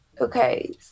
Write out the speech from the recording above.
Okay